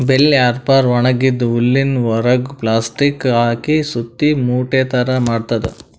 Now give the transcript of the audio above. bell wrapper ಒಣಗಿದ್ದ್ ಹುಲ್ಲಿನ್ ಹೊರೆಗ್ ಪ್ಲಾಸ್ಟಿಕ್ ಹಾಕಿ ಸುತ್ತಿ ಮೂಟೆ ಥರಾ ಮಾಡ್ತದ್